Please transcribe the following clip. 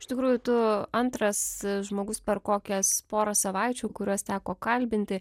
iš tikrųjų tu antras žmogus per kokias porą savaičių kuriuos teko kalbinti